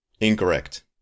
incorrect